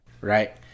Right